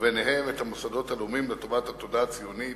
וביניהם המוסדות הלאומיים, לטובת התודעה הציונית